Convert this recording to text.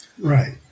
Right